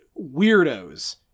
weirdos